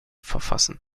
verfassen